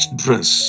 dress